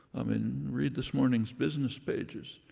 i mean, read this morning's business pages.